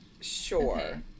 Sure